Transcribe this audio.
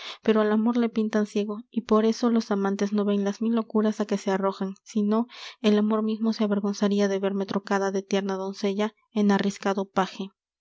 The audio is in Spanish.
pero al amor le pintan ciego y por eso los amantes no ven las mil locuras á que se arrojan si no el amor mismo se avergonzaria de verme trocada de tierna doncella en arriscado paje